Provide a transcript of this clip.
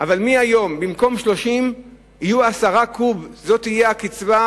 אבל מהיום במקום 30 יהיו 10 קוב, זאת תהיה המכסה